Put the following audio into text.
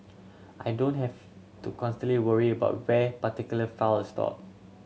I don't have to constantly worry about where particular file is stored